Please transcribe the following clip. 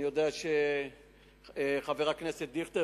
אני יודע שחבר הכנסת דיכטר,